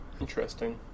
Interesting